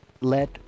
let